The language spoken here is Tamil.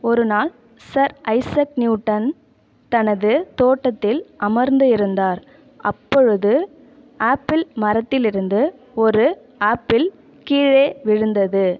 ஒரு நாள் சர் ஐசக் நியூட்டன் தனது தோட்டத்தில் அமர்ந்து இருந்தார் அப்பொழுது ஆப்பிள் மரத்திலிருந்து ஒரு ஆப்பிள் கீழே விழுந்தது